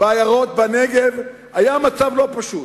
בעיירות בנגב היה מצב לא פשוט.